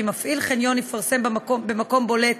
כי מפעיל חניון יפרסם במקום בולט